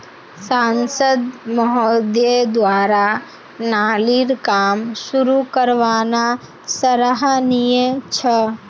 सांसद महोदय द्वारा नालीर काम शुरू करवाना सराहनीय छ